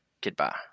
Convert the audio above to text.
Goodbye